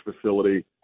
facility